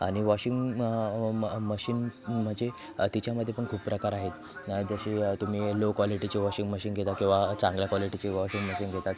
आणि वॉशिंग म मशीन म्हणजे तिच्यामध्ये पण खूप प्रकार आहेत जशी तुम्ही लो क्वॉलिटीची वॉशिंग मशीन घेता किंवा चांगल्या क्वॉलिटीची वॉशिंग मशीन घेता